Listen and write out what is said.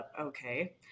okay